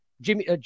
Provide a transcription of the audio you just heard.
Jimmy